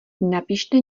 napište